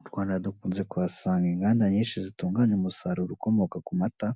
Mu Rwanda dukunze kuhasanga inganda nyinshi zitunganya umusaruro ukomoka ku mata